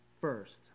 first